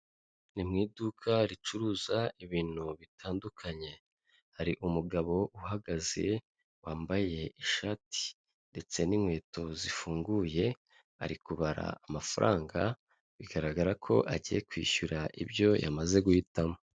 Ni mu iduka ricuruza ibintu bitandukanye hari umugabo uhagaze wambaye ishati ndetse n'inkweto zifunguye, ari kubara amafaranga bigaragara ko agiye kwishyura ibyo yamaze guhitamo.